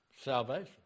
salvation